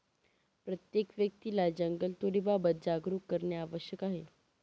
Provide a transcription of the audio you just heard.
प्रत्येक व्यक्तीला जंगलतोडीबाबत जागरूक करणे आवश्यक आहे